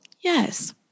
yes